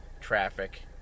traffic